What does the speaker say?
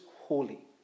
holy